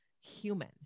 human